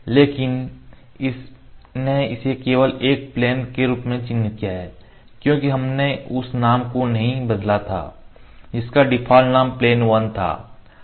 लेकिन इसने इसे केवल एक प्लेन के रूप में चिह्नित किया है क्योंकि हमने उस नाम को नहीं बदला था जिसका डिफ़ॉल्ट नाम प्लेन 1 था